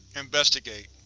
investigate.